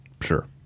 Sure